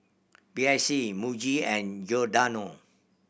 B I C Muji and Giordano